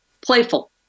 playful